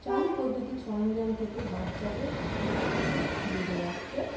চালু বৈদ্যুতিক সরঞ্জাম থেকে বাচ্চাদের বা ছোটোদের দূরে রাখতে